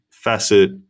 facet